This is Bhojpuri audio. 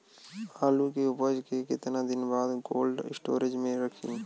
आलू के उपज के कितना दिन बाद कोल्ड स्टोरेज मे रखी?